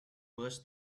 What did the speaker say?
burst